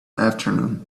afternoon